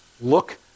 Look